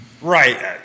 Right